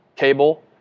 cable